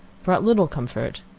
brought little comfort.